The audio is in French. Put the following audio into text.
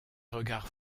regard